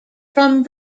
from